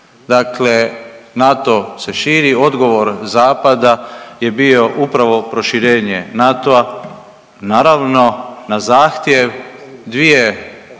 Dakle, NATO se širi. Odgovor zapada je bio upravo proširenje NATO-a naravno na zahtjev dvije